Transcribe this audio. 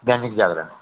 Dainik Jagran